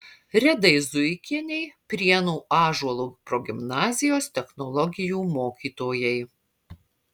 redai zuikienei prienų ąžuolo progimnazijos technologijų mokytojai